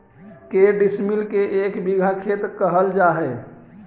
के डिसमिल के एक बिघा खेत कहल जा है?